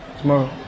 tomorrow